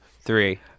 three